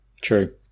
true